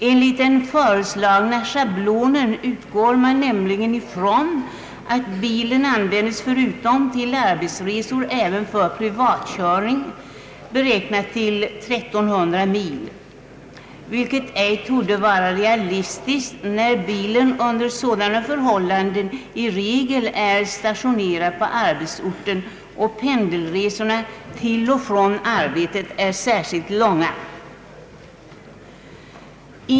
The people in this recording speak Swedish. Enligt den föreslagna schablonen utgår man nämligen från att bilen förutom till arbetsresor används även till privatkörning, beräknad till 1300 mil, vilket ej torde vara realistiskt när bilen under sådana förhållanden i regel är stationerad på arbetsorten och pendelresorna till och från arbetet är särskilt långa.